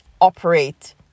operate